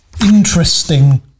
interesting